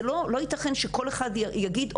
זה לא יתכן שכל אחד יגיד,